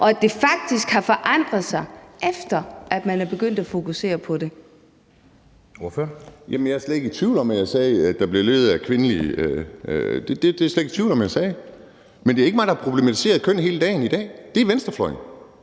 og at det faktisk har forandret sig, efter at man er begyndt at fokusere på det.